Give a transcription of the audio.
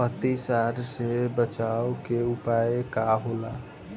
अतिसार से बचाव के उपाय का होला?